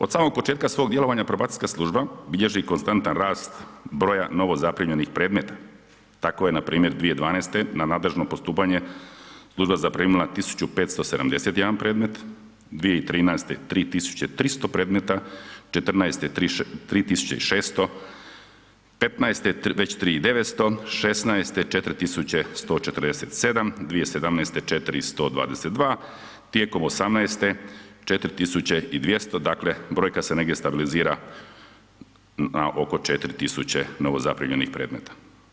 Od samog početka svog djelovanja, probacijska služba bilježi konstantan rast broja novozaprimljenih predmeta tako je npr. 2012. na nadležno postupanje služba zaprimila 1571 predmet, 2013. 3300, 2014. 3600, 2015. već 3900, 2016. 4147, 2017. 4122, tijekom 2018. 4200, dakle brojka se negdje stabilizira na oko 4000 novozaprimljenih predmeta.